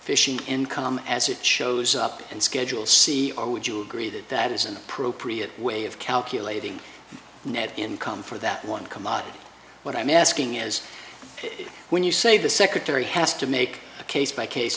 fishing income as it shows up and schedule c or would you agree that that is an appropriate way of calculating net income for that one commodity what i'm asking is that when you say the secretary has to make a case by case